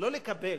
לא לקבל,